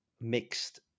mixed